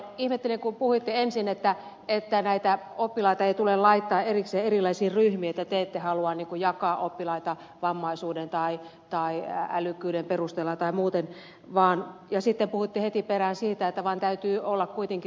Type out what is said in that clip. ihmettelen kun puhuitte ensin että näitä oppilaita ei tule laittaa erikseen erilaisiin ryhmiin että te ette halua jakaa oppilaita vammaisuuden tai älykkyyden perusteella tai muuten vaan ja sitten puhuitte heti perään siitä että täytyy olla kuitenkin tämmöiset erilaiset ryhmät